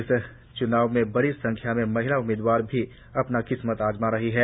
इस च्नाव में बड़ी संख्या में महिला उम्मीदवार भी अपना किस्मत अजमा रही है